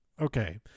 okay